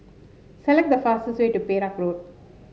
select the fastest way to Perak Road